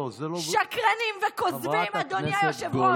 לא, זה לא, שקרנים וכוזבים, אדוני היושב-ראש.